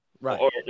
right